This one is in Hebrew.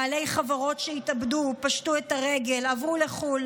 בעלי חברות התאבדו ופשטו את הרגל ועברו לחו"ל